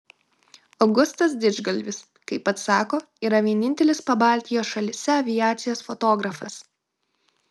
augustas didžgalvis kaip pats sako yra vienintelis pabaltijo šalyse aviacijos fotografas